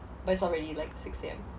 but it's already like six A_M